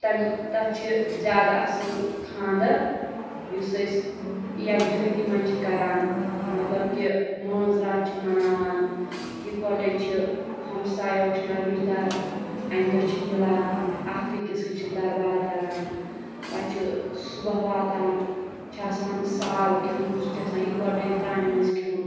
تَمہِ تَتھ چھِ زیادٕ اصٕل خانٛدَر یُس أسۍ یَکجٔہتی منٛز چھِ کَران مطلب کہِ مٲنٛزِ رات چھِ مَناوان یِکوَٹَے چھِ ہَمساے ٲشناو رِشتہٕ دار اَمہِ دۄہ چھِ مِلان اَکھ أکِس سۭتۍ چھِ دربار کَران پَتہٕ چھِ صُبح واتان چھِ آسان سال کھیٚون سُہ چھُ آسان یِکوَٹَے ترٛامہِ منٛز کھیٚون